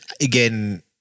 again